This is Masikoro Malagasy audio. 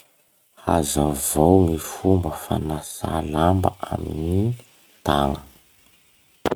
Hazavao gny fomba fanasà lamba amy gny tàgna.